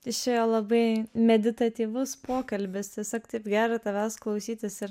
išėjo labai meditatyvus pokalbis tiesiog taip gera tavęs klausytis ir